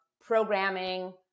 programming